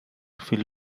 fill